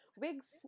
Wigs